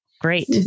Great